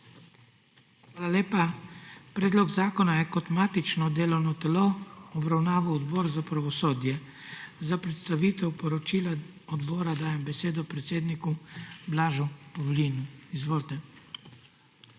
Hvala lepa. Predlog zakona je kot matično delovno telo obravnaval Odbor za pravosodje. Za predstavitev poročila odbora dajem besedo predsedniku Blažu Pavlinu. **BLAŽ PAVLIN